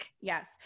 Yes